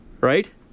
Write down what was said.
right